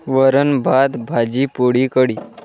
वरणभात भाजी पोळी कढी